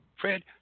Fred